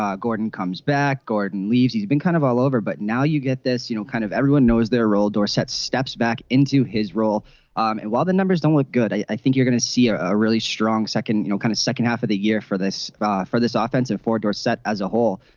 um gordon comes back gordon leaves he's been kind of all over but now you get this you know kind of everyone knows their role dorsett steps back into his role and while the numbers don't look good i think you're going to see ah a really strong second you know kind of second half of the year for this for this offensive four door set as a whole.